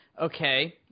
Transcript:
Okay